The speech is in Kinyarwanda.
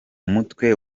mutwe